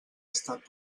estat